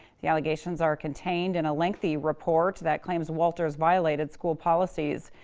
the allegations are contained in a lengthy report that claims walters violated school policies.